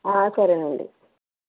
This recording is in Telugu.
సరేనండి